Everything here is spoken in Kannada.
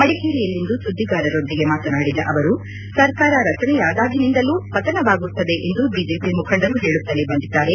ಮಡಿಕೇರಿಯಲ್ಲಿಂದು ಸುದ್ದಿಗಾರರೊಂದಿಗೆ ಮಾತನಾಡಿದ ಅವರು ಸರ್ಕಾರ ರಚನೆಯಾದಾಗಿನಿಂದಲೂ ಪತನವಾಗುತ್ತದೆ ಎಂದು ಬಿಜೆಪಿ ಮುಖಂಡರು ಹೇಳುತ್ತಲೆ ಬಂದಿದ್ದಾರೆ